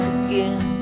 again